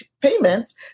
payments